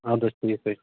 اَدٕ حظ ٹھیٖک حظ چھُ